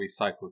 recycled